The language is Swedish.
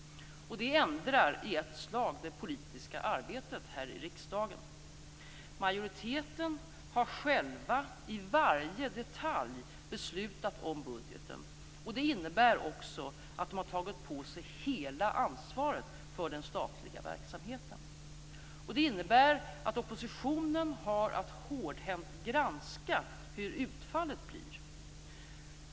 Det ändrar i ett slag det politiska arbetet här i riksdagen. Majoriteten har själv i varje detalj beslutat om budgeten, och det innebär också att den har tagit på sig hela ansvaret för den statliga verksamheten. Det innebär att oppositionen har att hårdhänt granska hur utfallet blir.